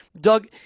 Doug